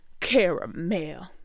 caramel